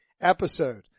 episode